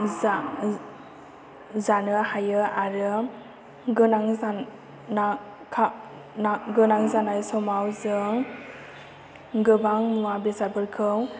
जानो हायो आरो गोनां जानाय समाव जों गोबां मुवा बेसादफोरखौ